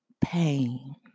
pain